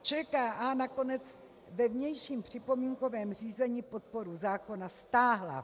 ČKA nakonec ve vnějším připomínkovém řízení podporu zákona stáhla.